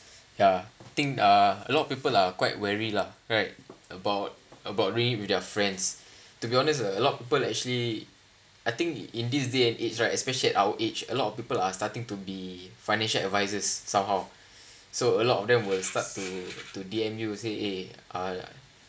ya I think uh a lot of people are quite wary lah right about about being with their friends to be honest a lot of people actually I think in this day and age right especially at our age a lot of people are starting to be financial advisers somehow so a lot of them will start to to D_M you and say eh uh